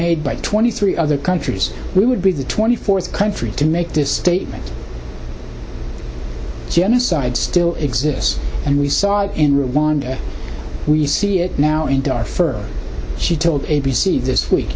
made by twenty three other countries we would be the twenty fourth country to make this statement genocide still exists and we saw it in rwanda we see it now in dar fur she told a b c this week